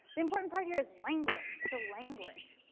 the important part here is language. it's a language.